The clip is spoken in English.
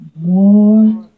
more